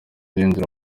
yinjira